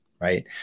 right